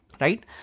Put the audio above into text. right